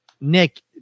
Nick